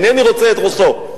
אינני רוצה את ראשו.